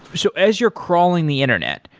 so as you're crawling the internet,